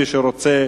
מי שרוצה,